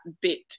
bit